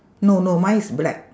no no mine is black